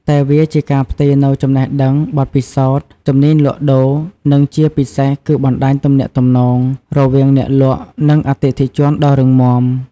តែវាជាការផ្ទេរនូវចំណេះដឹង បទពិសោធន៍ ជំនាញលក់ដូរ និងជាពិសេសគឺបណ្ដាញទំនាក់ទំនង រវាងអ្នកលក់និងអតិថិជនដ៏រឹងមាំ។